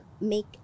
make